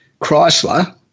Chrysler